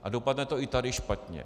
A dopadne to i tady špatně.